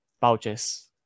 pouches